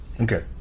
Okay